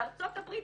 בארצות הברית,